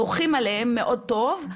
דורכים עליהם מאוד טוב,